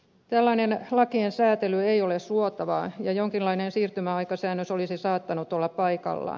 tällainen lakien säätely ei ole suotavaa ja jonkinlainen siirtymäaikasäännös olisi saattanut olla paikallaan